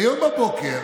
היום בבוקר